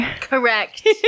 Correct